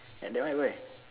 at that one where